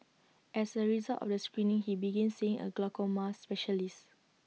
as A result of the screening he begin seeing A glaucoma specialist